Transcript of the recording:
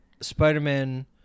Spider-Man